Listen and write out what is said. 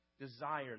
desire